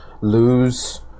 lose